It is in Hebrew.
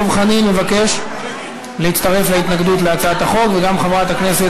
דב חנין מבקש להצטרף להתנגדות להצעת החוק,